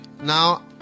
Now